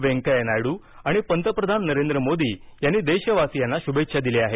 वेंकय्या नायडू आणि पंतप्रधान नरेद्र मोदी यांनी देशवासीयांना शुभेच्छा दिल्या आहेत